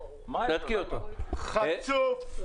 חצוף.